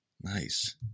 Nice